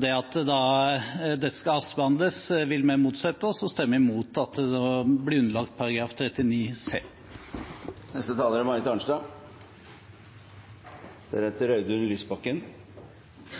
Det at dette skal hastebehandles, vil vi motsette oss, og stemmer imot at det blir behandlet etter § 39 annet ledd bokstav c.